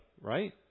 right